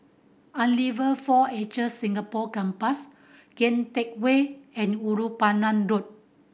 Unilever Four Acre Singapore Campus Kian Teck Way and Ulu Pandan Road